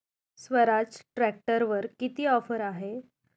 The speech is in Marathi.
स्वराज ट्रॅक्टरवर किती ऑफर आहे?